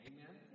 Amen